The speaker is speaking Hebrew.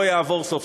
לא יעבור סוף-סוף.